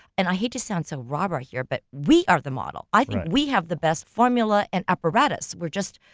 and i hate to sound so raw right here, but we are the model. i think we have the best formula and apparatus, we're just,